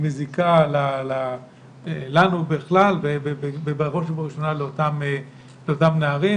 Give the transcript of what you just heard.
היא מזיקה לנו בכלל ובראש ובראשונה לאותם נערים.